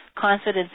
confidence